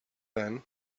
then